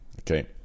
okay